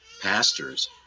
pastors